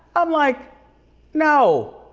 i'm like no.